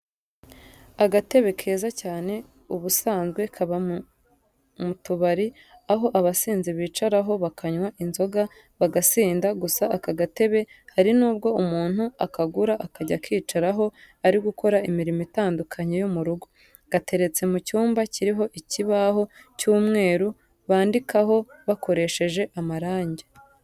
Agatebe keza cyane, ubusanzwe kaba mu tubari, aho abasinzi bicaraho bakanywa inzoga bagasinda, gusa aka gatebe hari nubwo umuntu akagura akajya akicaraho ari gukora imirimo itandukanye yo mu rugo. Gateretse mu cyumba kiriho ikibaho cy'umweru bandikaho bakoresheje amarange.